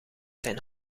zijn